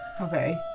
Okay